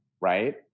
Right